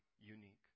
unique